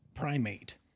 Primate